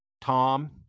Tom